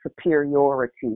superiority